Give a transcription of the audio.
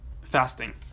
fasting